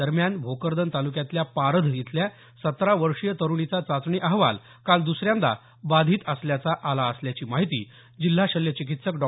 दरम्यान भोकरदन तालुक्यातल्या पारध इथल्या सतरा वर्षीय तरुणीचा चाचणी अहवाल काल द्सऱ्यांदा बाधित असल्याचा आला असल्याची माहिती जिल्हा शल्य चिकित्सक डॉ